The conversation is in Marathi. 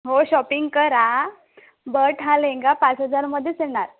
हो शॉपिंग करा बट हा लेहेंगा पाच हजारमध्येच येणार